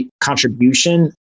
contribution